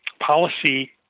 policy